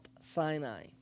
Sinai